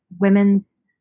women's